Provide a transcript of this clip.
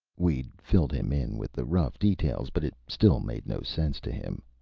we'd filled him in with the rough details, but it still made no sense to him.